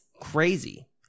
crazy